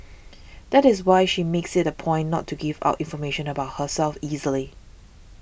that is why she makes it a point not to give out information about herself easily